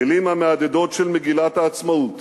המלים המהדהדות של מגילת העצמאות